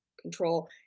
control